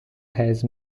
has